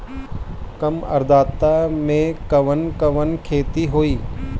कम आद्रता में कवन कवन खेती होई?